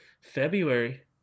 February